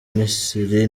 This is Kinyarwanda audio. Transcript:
misiri